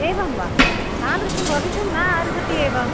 एवं वा तादृशं भवितुं न अर्हति एव